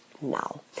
now